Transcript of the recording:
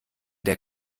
der